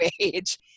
age